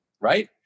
right